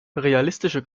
realistische